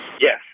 Yes